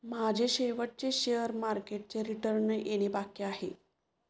माझे शेवटचे शेअर मार्केटचे रिटर्न येणे बाकी आहे